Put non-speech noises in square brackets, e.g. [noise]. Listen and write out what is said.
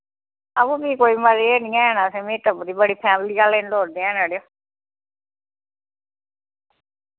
आहो फ्ही कोई [unintelligible] बड़ी फैमली आह्ले [unintelligible]